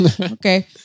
okay